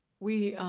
we,